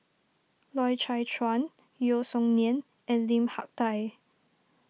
Loy Chye Chuan Yeo Song Nian and Lim Hak Tai